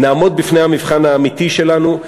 נעמוד בפני המבחן האמיתי שלנו.